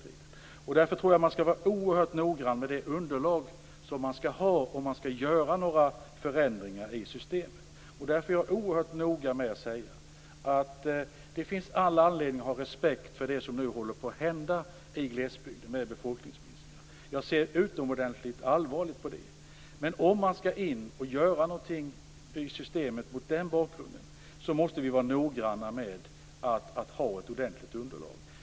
Jag tror därför att man skall vara oerhört noggrann med det underlag som krävs när förändringar skall göras i systemet. Jag vill väldigt noga understryka att det finns all anledning att ha respekt för de befolkningsminskningar som nu håller på att ske i glesbygd. Jag ser utomordentligt allvarligt på dem. Om vi skall göra någonting i systemet mot den bakgrunden måste vi vara noggranna med att ha ett ordentligt underlag.